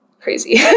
crazy